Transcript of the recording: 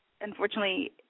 unfortunately